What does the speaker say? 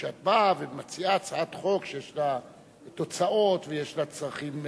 כשאת באה ומציעה הצעת חוק שיש לה תוצאות ויש לה צרכים תקציביים,